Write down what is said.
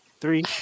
Three